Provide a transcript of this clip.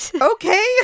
okay